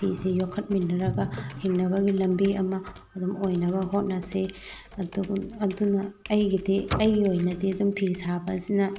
ꯐꯤꯁꯦ ꯌꯣꯛꯈꯠꯃꯤꯟꯅꯔꯒ ꯍꯤꯡꯅꯕꯒꯤ ꯂꯝꯕꯤ ꯑꯃ ꯑꯗꯨꯝ ꯑꯣꯏꯅꯕ ꯍꯣꯠꯅꯁꯤ ꯑꯗꯨ ꯑꯗꯨꯅ ꯑꯩꯒꯤꯗꯤ ꯑꯩꯒꯤ ꯑꯣꯏꯅꯗꯤ ꯑꯗꯨꯝ ꯐꯤ ꯁꯥꯕ ꯑꯁꯤꯅ